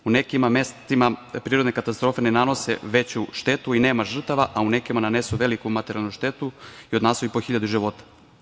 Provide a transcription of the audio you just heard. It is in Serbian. U nekim mestima prirodne katastrofe ne nanose veću štetu i nema žrtava, a u nekima nanesu veliku materijalnu štetu i odnesu i po hiljade života.